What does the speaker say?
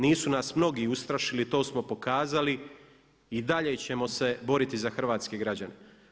Nisu nas mnogi ustrašili to smo pokazali i dalje ćemo se boriti za hrvatske građane.